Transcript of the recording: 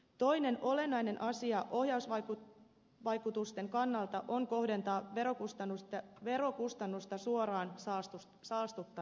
toinen olennainen asia ohjausvaikutusten kannalta on kohdentaa verokustannusta suoraan saastuttajalle